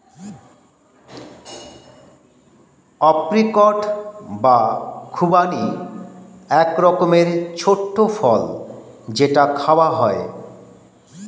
apricot বা খুবানি এক রকমের ছোট্ট ফল যেটা খাওয়া হয়